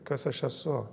kas aš esu